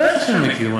בטח שאני מכיר.